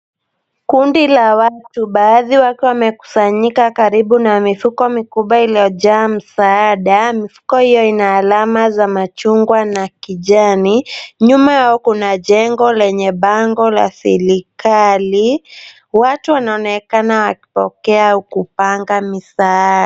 Kundi la watu baadhi wakiwa wamekusanyika karibu na mifuko mikubwa iliyojaa msaada. Mifuko hiyo ina alama ya machungwa na ya kijani. Nyuma yao kuna jengo lenye bango la serikali. Watu wanaonekana wakipokea au kupanga misaada.